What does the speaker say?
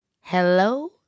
Hello